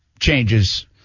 changes